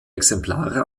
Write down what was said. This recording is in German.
exemplare